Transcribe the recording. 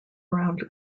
around